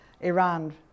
Iran